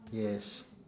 yes